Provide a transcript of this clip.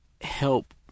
help